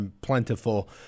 plentiful